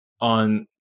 on